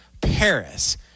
Paris